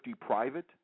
private